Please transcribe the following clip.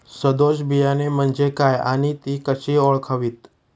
सदोष बियाणे म्हणजे काय आणि ती कशी ओळखावीत?